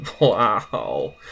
Wow